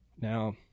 Now